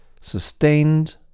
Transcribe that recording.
sustained